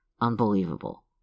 Unbelievable